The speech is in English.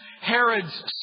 Herod's